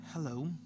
Hello